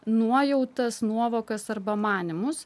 nuojautas nuovokas arba manymus